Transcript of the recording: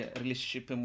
relationship